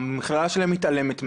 המכללה שלהם מתעלמת מהם,